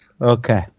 Okay